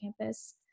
campus